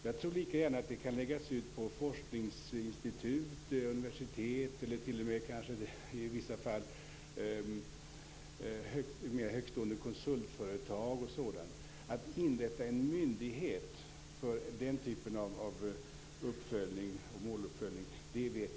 Jag tror lika gärna att det kan läggas ut på forskningsinstitut, universitet eller t.o.m. i vissa fall mera högtstående konsultföretag osv. Jag vet inte om det är så välbetänkt att inrätta en myndighet för den typen av måluppföljning.